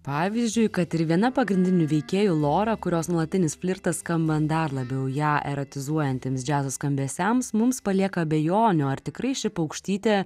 pavyzdžiui kad ir viena pagrindinių veikėjų lora kurios nuolatinis flirtas skambant dar labiau ją erotizuojantiems džiazo skambesiams mums palieka abejonių ar tikrai ši paukštytė